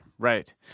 Right